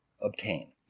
obtain